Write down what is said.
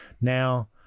Now